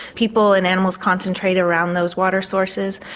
people and animals concentrate around those water sources,